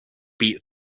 beat